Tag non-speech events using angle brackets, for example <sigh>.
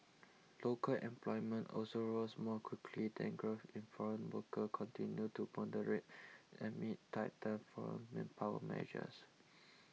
local employment also rose more quickly and growth in foreign workers continued to moderate amid tightened foreign manpower measures <noise>